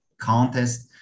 contest